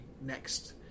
next